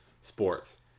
sports